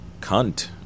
cunt